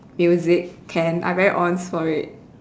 music can I very ons for it